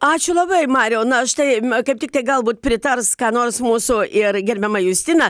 ačiū labai mariau na štai kaip tiktai galbūt pritars ką nors mūsų ir gerbiama justina